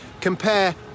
Compare